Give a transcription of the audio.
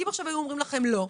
כי אם עכשיו היו אומרים לכם שלא,